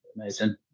amazing